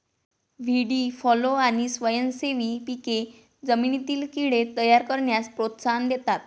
व्हीडी फॉलो आणि स्वयंसेवी पिके जमिनीतील कीड़े तयार करण्यास प्रोत्साहन देतात